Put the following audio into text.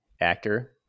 Actor